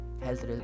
health